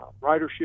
Ridership